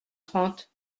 trente